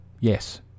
Yes